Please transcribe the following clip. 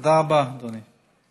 תודה רבה, אדוני.